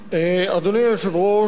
אדוני היושב-ראש,